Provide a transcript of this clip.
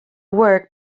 work